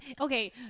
Okay